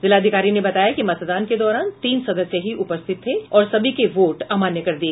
जिलाधिकारी ने बताया कि मतदान के दौरान तीन सदस्य ही उपस्थित थे और सभी के वोट अमान्य कर दिये गये